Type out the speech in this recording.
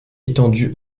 étendu